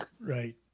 Right